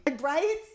Right